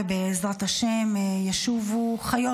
בעזרת השם, תשובנה חיות.